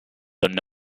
though